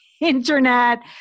internet